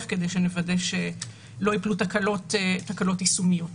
כדי שנוודא שלא ייפלו תקלות יישומיות.